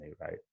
right